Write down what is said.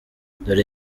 dola